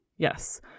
Yes